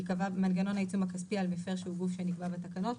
ייקבע מנגנון העיצום הכספי על מפר שהוא גוף שנקבע בתקנות.